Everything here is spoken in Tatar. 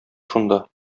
шунда